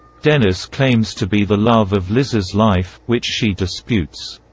dennis claims to be the love of liz's life, which she disputes.